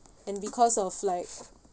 and because of like